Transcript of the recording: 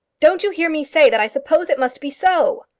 don't you hear me say that i suppose it must be so.